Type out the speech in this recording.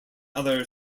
other